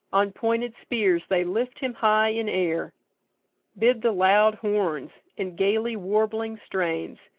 on pointed spears they lift him high in air bid the loud horns, in gaily warbling strains,